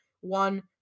one